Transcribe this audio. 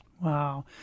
Wow